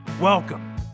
welcome